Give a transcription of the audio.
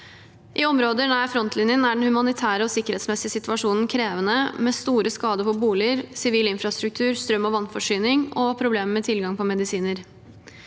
I områder nær frontlinjen er den humanitære og sikkerhetsmessige situasjonen krevende med store skader på boliger, sivil infrastruktur, strøm og vannforsyning og problemer med tilgang på medisiner.